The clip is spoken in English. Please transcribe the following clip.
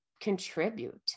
contribute